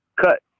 cut